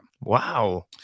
Wow